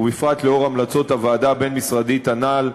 ובפרט לאור המלצות הוועדה הבין-משרדית הנ"ל,